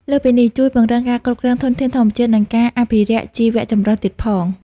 លើសពីនេះ ជួយពង្រឹងការគ្រប់គ្រងធនធានធម្មជាតិ និងការអភិរក្សជីវចម្រុះទៀតផង។